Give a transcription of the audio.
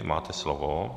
Máte slovo.